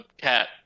cat